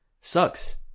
sucks